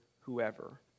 whoever